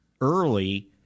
early